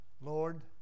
Lord